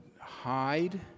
hide